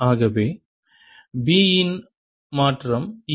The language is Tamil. ஆகவே B இன் மாற்றம் ஈ